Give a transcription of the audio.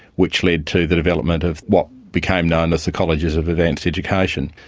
which led to the development of what became known as the colleges of advanced education.